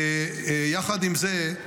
יחד עם זה,